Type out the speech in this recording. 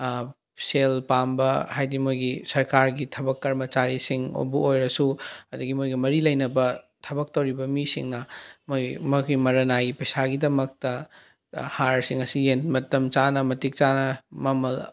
ꯁꯦꯜ ꯄꯥꯝꯕ ꯍꯥꯏꯕꯗꯤ ꯃꯣꯏꯗꯤ ꯁꯔꯀꯥꯔꯒꯤ ꯊꯕꯛ ꯀꯔꯃꯆꯥꯔꯤꯁꯤꯡꯗꯕꯨ ꯑꯣꯏꯕꯨ ꯑꯣꯏꯔꯁꯨ ꯑꯗꯨꯗꯒꯤ ꯃꯣꯏꯒ ꯃꯔꯤ ꯂꯩꯅꯕ ꯊꯕꯛ ꯇꯧꯔꯤꯕ ꯃꯤꯁꯤꯡꯅ ꯃꯣꯏ ꯃꯣꯏꯒꯤ ꯃꯔꯅꯥꯏ ꯄꯩꯁꯥꯒꯤꯗꯃꯛꯇ ꯍꯥꯔꯁꯤꯡ ꯑꯁꯤ ꯃꯇꯝ ꯆꯥꯅ ꯃꯇꯤꯛ ꯆꯥꯅ ꯃꯃꯜ